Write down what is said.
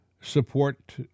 support